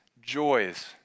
joys